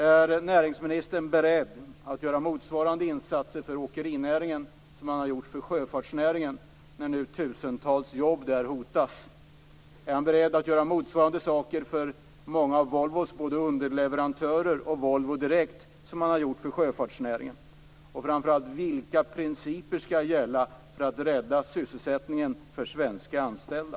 Är näringsministern beredd att göra motsvarande insatser för åkerinäringen som han har gjort för sjöfartsnäringen när nu tusentals jobb där hotas? Är han beredd att göra motsvarande saker för många av Volvos underleverantörer och Volvo direkt som han har gjort för sjöfartsnäringen? Framför allt: Vilka principer skall gälla för att rädda sysselsättningen för svenska anställda?